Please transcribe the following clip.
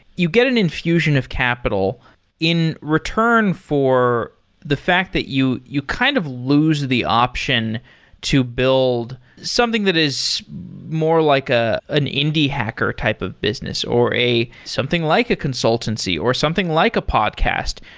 you get an infusion of capital in return for the fact that you you kind of lose the option to build something that is more like ah an indie hacker type of business or something like a consultancy, or something like a podcast,